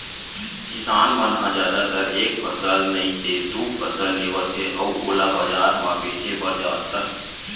किसान मन ह जादातर एक फसल नइ ते दू फसल लेवत हे अउ ओला बजार म बेचे बर जाथन